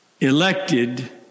elected